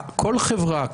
כל חברה,